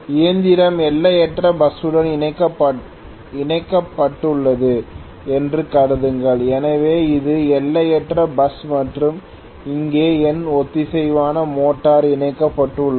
இயந்திரம் எல்லையற்ற பஸ் ஸுடன் இணைக்கப்பட்டுள்ளது என்று கருதுங்கள் எனவே இது எல்லையற்ற பஸ் மற்றும் இங்கே என் ஒத்திசைவான மோட்டார் இணைக்கப்பட்டுள்ளது